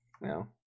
No